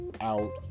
out